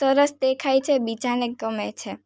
સરસ દેખાય છે બીજાને ગમે છે